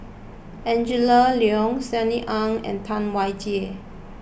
Angela Liong Sunny Ang and Tam Wai Jia